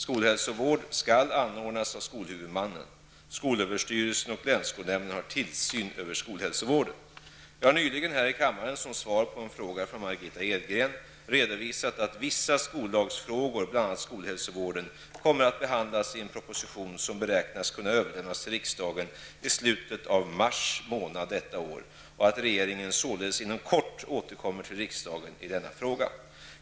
Skolhälsovård skall anordnas av skolhuvudmannen. Skolöverstyrelsen och länsskolnämnden har tillsyn över skolhälsovården. Jag har nyligen här i kammaren som svar på en fråga från Margitta Edgren redovisat att vissa skollagsfrågor, bl.a. skolhälsovården, kommer att behandlas i en proposition som beräknas kunna överlämnas till riksdagen i slutet av mars månad detta år och att regeringen således inom kort återkommer till riksdagen i denna fråga.